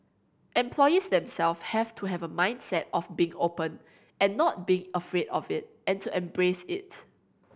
employees themselves have to have a mindset of being open and not being afraid of it and to embrace it